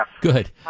Good